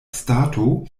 stato